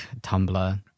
Tumblr